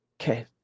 Okay